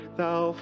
thou